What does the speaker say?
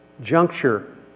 juncture